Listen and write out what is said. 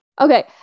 Okay